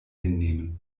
hinnehmen